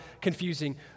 confusing